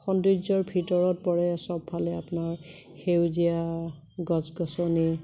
সৌন্দৰ্যৰ ভিতৰত পৰে চবফালে আপোনাৰ সেউজীয়া গছ গছনি